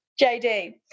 JD